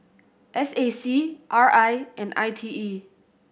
S A C R I and I T E